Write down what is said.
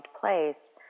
place